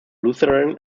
lutheran